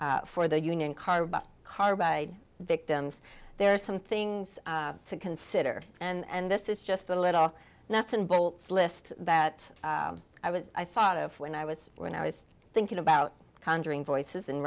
in for the union carbide carbide victims there are some things to consider and this is just a little nuts and bolts list that i was i thought of when i was when i was thinking about conjuring voices and